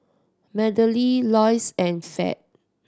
Madelene Loyce and Fed